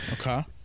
Okay